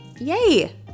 yay